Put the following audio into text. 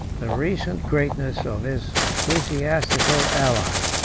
the recent greatness of his ecclesiastical ally.